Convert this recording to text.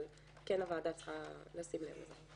אבל הוועדה צריכה לשים לב לזה.